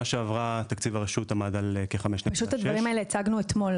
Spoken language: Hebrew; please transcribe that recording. שעברה תקציב הרשות עמד על --- את הדברים האלה הצגנו אתמול,